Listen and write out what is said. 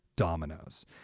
dominoes